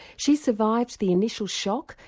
she's survived the initial shock,